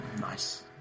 Nice